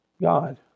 God